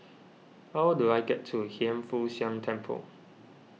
how do I get to Hiang Foo Siang Temple